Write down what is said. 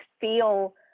feel